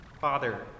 Father